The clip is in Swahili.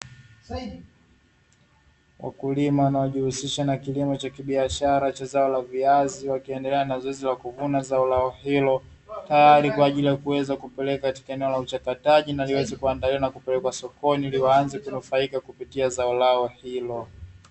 Wakulima wanaojihusisha na kilimo cha kibiashara cha zao la viazi, wakiendelea na zoezi la kuvuna zao hilo, tayari kwa ajili ya kuweza kulipeleka katika eneo la uchakataji na liweze kuandaliwa na kupelekwa sokoni ili waweze kunufaika na zao lao hilo.